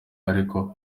ariko